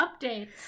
updates